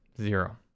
Zero